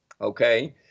okay